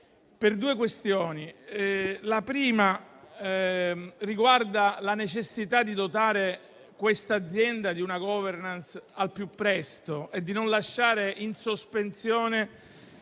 per due questioni. La prima riguarda la necessità di dotare l'azienda di una *governance* al più presto e di non lasciare in sospeso